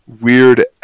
weird